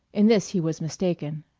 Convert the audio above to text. in this he was mistaken.